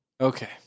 okay